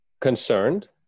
concerned